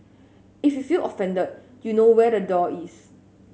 if you feel offended you know where the door is